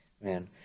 man